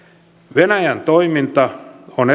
venäjän toiminta on